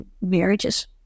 marriages